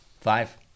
Five